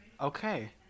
Okay